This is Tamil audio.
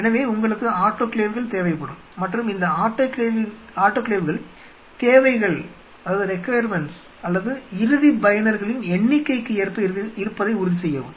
எனவே உங்களுக்கு ஆட்டோகிளேவ்கள் தேவைப்படும் மற்றும் இந்த ஆட்டோகிளேவ்கள் தேவைகள் அல்லது இறுதிப் பயனர்களின் எண்ணிக்கைக்கு ஏற்ப இருப்பதை உறுதிசெய்யவும்